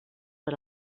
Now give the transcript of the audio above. per